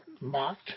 mocked